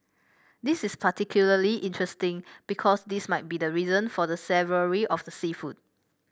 this is particularly interesting because this might be the reason for the savoury of the seafood